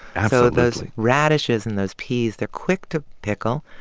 ah so those radishes and those peas, they're quick to pickle.